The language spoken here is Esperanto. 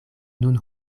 nun